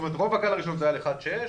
רוב הגל הראשון היה על 1.6%,